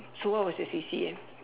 so what was your C_C_A